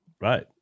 Right